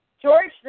George